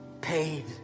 paid